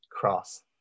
cross